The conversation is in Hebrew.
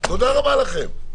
תודה רבה לכם.